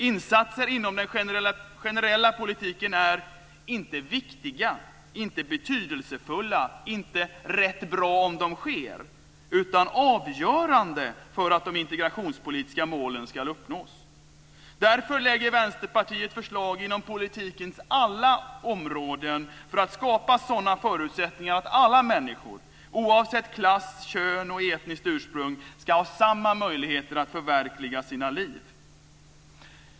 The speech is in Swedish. Insatser inom den generella politiken är inte viktiga, inte betydelsefulla, inte rätt bra om de sker utan avgörande för att de integrationspolitiska målen ska uppnås. Därför lägger Vänsterpartiet fram förslag inom politikens alla områden för att skapa sådana förutsättningar att alla människor, oavsett klass, kön och etniskt ursprung, ska ha samma möjligheter att förverkliga sina liv.